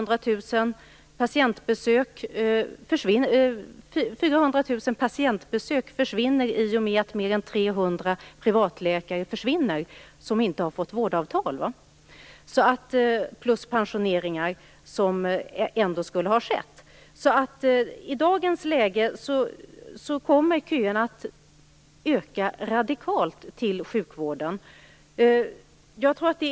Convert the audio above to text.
Det blir 400 000 patientbesök mindre i och med att mer än 300 privatläkare försvinner, dels för att de inte har fått vårdavtal, dels genom pensioneringar som ändå skulle ha skett. Som det ser ut i dag kommer köerna till sjukvården att öka radikalt.